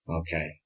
Okay